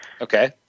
Okay